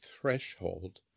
threshold